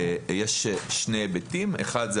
שני היבטים: אחד,